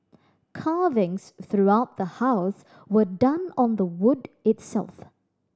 carvings throughout the house were done on the wood itself